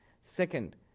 Second